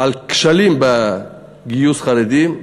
על כשלים בגיוס חרדים.